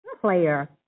player